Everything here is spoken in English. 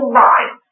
mind